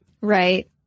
Right